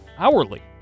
hourly